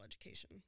education